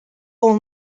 all